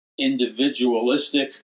individualistic